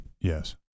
Yes